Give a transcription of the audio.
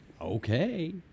Okay